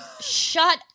Shut